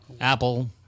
Apple